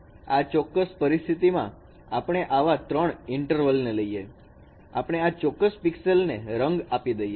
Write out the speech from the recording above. આ ચોક્કસ પરિસ્થિતિમાં આપણે આવા ૩ ઇન્ટરવલ ને લઈએ આપણે આ ચોક્કસ પિક્સેલ ને રંગ આપી દઈએ